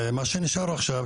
מה שנשאר עכשיו,